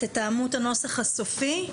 תתאמו את הנוסח הסופי,